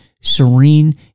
serene